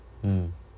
mm